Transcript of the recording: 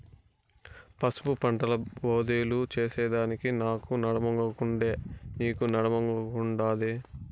పసుపు పంటల బోదెలు చేసెదానికి నాకు నడుమొంగకుండే, నీకూ నడుమొంగకుండాదే